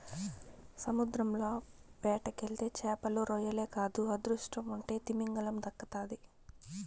సముద్రంల వేటకెళ్తే చేపలు, రొయ్యలే కాదు అదృష్టముంటే తిమింగలం దక్కతాది